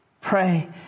pray